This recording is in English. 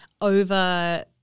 over